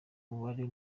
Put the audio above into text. umubare